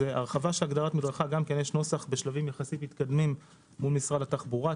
הרחבת של הגדרת מדרכה יש נוסח בשלבים מתקדמים יחסית מול משרד התחבורה,